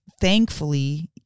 thankfully